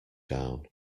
down